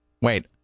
Wait